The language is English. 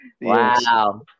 Wow